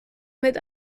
mit